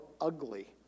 ugly